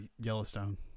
Yellowstone